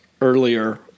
earlier